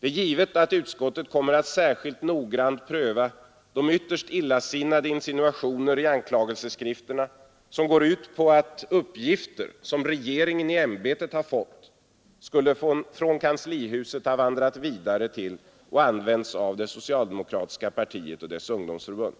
Det är givet att utskottet kommer att särskilt noggrant pröva de ytterst illasinnade insinuationer i anklagelseskrifterna, som går ut på att uppgifter som regeringen i ämbetet fått del av, skulle från kanslihuset ha vandrat vidare till och använts av det socialdemokratiska partiet och dess ungdomsförbund.